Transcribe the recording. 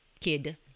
Kid